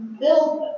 build